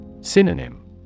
Synonym